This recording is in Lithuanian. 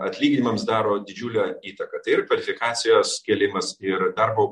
atlyginimams daro didžiulę įtaką tai ir kvalifikacijos kėlimas ir darbo